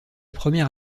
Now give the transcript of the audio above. première